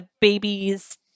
babies